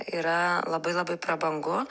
yra labai labai prabangu